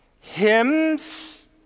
hymns